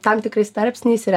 tam tikrais tarpsniais ir